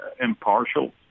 impartial